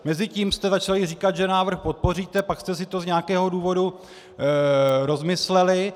Mezitím jste začali říkat, že návrh podpoříte, pak jste si to z nějakého důvodu rozmysleli.